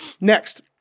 Next